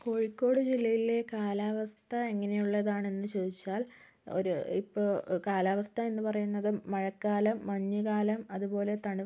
കോഴിക്കോട് ജില്ലയിലെ കാലാവസ്ഥ എങ്ങനെയുള്ളതാണെന്ന് ചോദിച്ചാൽ ഒര് ഇപ്പോൾ കാലാവസ്ഥ എന്ന് പറയുന്നത് മഴക്കാലം മഞ്ഞുകാലം അതുപോലെ തണു